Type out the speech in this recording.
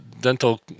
dental